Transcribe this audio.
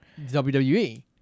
WWE